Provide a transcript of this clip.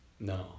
no